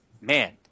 man